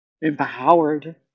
empowered